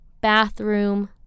bathroom